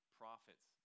prophets